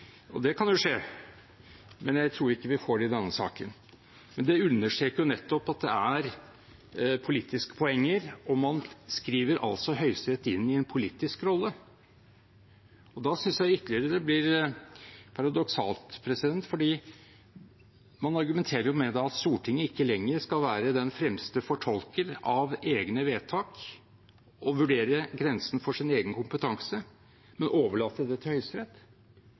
Det kan jo skje, men jeg tror ikke vi får det i denne saken. Men det understreker nettopp at det er politiske poenger, og man skriver altså Høyesterett inn i en politisk rolle. Da synes jeg ytterligere det blir paradoksalt, for man argumenterer med at Stortinget ikke lenger skal være den fremste fortolker av egne vedtak og vurdere grensen for sin egen kompetanse, men overlate det til Høyesterett.